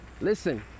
listen